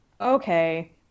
okay